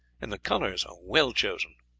and the colours are well chosen.